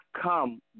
come